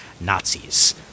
Nazis